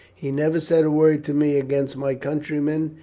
he never said a word to me against my countrymen,